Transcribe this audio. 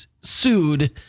sued